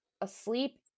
asleep